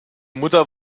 mutter